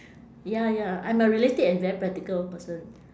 ya ya I'm a realistic and very practical person